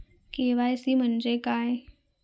KYC म्हणजे काय?